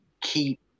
keep